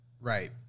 Right